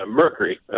Mercury